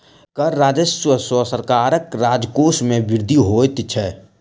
कर राजस्व सॅ सरकारक राजकोश मे वृद्धि होइत छै